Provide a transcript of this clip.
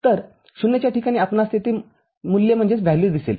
तर ०च्या ठिकाणी आपणास येथे मूल्य दिसेल